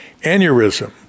aneurysm